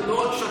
לא רק,